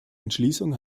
entschließung